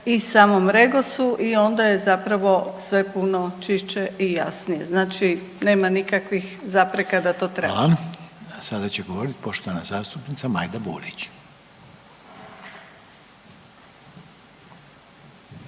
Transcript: i samom REGOS-u i onda je zapravo sve puno čišće i jasnije. Znači nema nikakvih zapreka da to tražimo. **Reiner, Željko (HDZ)** Hvala. A sada će govoriti poštovana zastupnica Majda Burić.